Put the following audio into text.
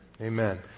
Amen